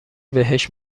بهش